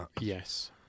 yes